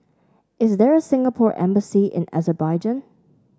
is there a Singapore Embassy in Azerbaijan